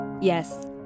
Yes